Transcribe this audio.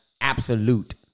absolute